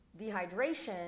dehydration